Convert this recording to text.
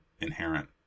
inherent